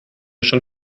schon